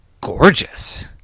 gorgeous